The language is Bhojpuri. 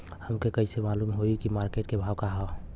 हमके कइसे मालूम होई की मार्केट के का भाव ह?